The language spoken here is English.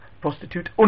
prostitute